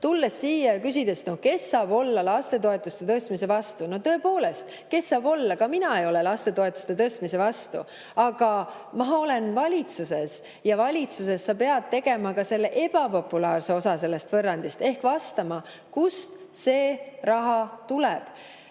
tulles siia ja küsides, et no kes saab olla lastetoetuste tõstmise vastu. Tõepoolest, kes saab olla? Ka mina ei ole lastetoetuste tõstmise vastu. Aga ma olen valitsuses. Ja valitsuses sa pead tegema ka ebapopulaarse osa sellest võrrandist ehk vastama, kust see raha tuleb.